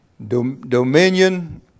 Dominion